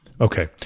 Okay